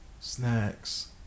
snacks